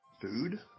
Food